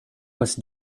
was